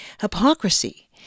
Hypocrisy